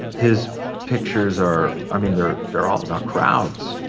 his pictures are i mean, they're, they're all about crowds.